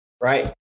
right